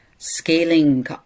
scaling